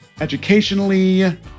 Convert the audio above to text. educationally